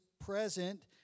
present